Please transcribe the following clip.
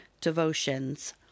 Devotions